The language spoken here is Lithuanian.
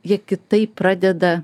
jie kitaip pradeda